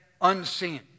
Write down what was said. unseen